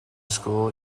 school